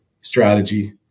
strategy